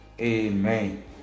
amen